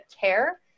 care